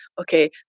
okay